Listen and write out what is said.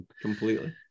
completely